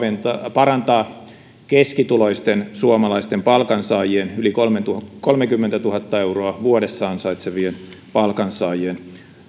parantaa keskituloisten suomalaisten palkansaajien yli kolmekymmentätuhatta euroa vuodessa ansaitsevien palkansaajien